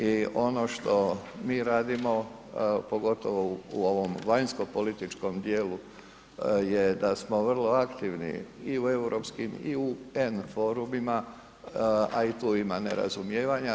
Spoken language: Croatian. I ono što mi radimo, pogotovo u ovom vanjskopolitičkom dijelu je da smo vrlo aktivni i u europskim i UN forumima, a i tu ima nerazumijevanja.